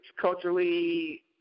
culturally